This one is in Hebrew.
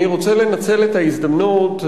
רוצה לנצל את ההזדמנות,